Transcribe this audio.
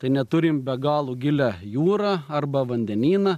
tai neturim be galo gilią jūrą arba vandenyną